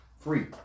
free